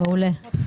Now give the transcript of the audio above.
מעולה.